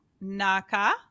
Naka